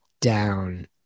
down